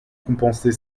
compenser